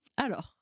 Alors